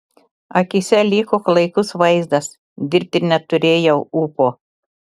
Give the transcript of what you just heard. akyse liko klaikus vaizdas dirbti neturėjau ūpo